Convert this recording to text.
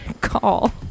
call